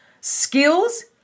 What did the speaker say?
skills